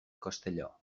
costelló